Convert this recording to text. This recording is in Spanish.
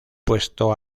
puesto